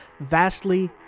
vastly